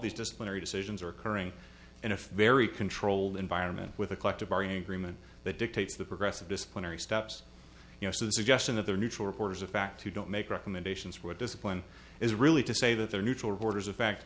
these disciplinary decisions are occurring in a very controlled environment with a collective bargaining agreement that dictates the progress of disciplinary steps you know so the suggestion that they are neutral reporters of fact who don't make recommendations for discipline is really to say that they're neutral reporters of fact